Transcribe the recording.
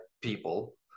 people